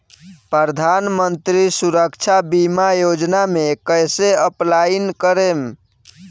प्रधानमंत्री सुरक्षा बीमा योजना मे कैसे अप्लाई करेम?